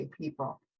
people